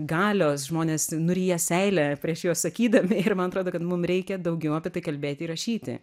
galios žmonės nuryja seilę prieš juos sakydami ir man atrodo kad mum reikia daugiau apie tai kalbėti ir rašyti